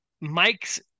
Mike's